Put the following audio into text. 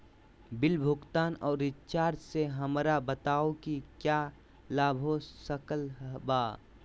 Bill भुगतान और recharge से हमरा बताओ कि क्या लाभ हो सकल बा?